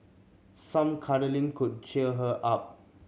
some cuddling could cheer her up